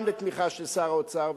גם לתמיכה של שר האוצר,